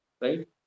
Right